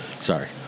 Sorry